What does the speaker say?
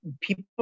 people